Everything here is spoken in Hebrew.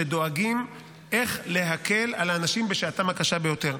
שדואגים איך להקל על האנשים בשעתם הקשה ביותר.